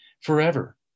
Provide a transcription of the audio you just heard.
forever